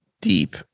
deep